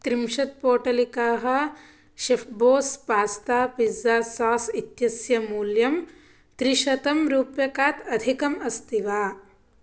त्रिंशत् पोटलिकाः chef boss pasta pizza sauce इत्यस्य मूल्यं त्रिशतं रूप्यकात् अधिकम् अस्ति वा